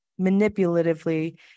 manipulatively